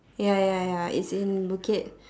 ya ya ya it's in bukit